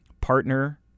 partner